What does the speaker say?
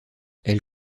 elle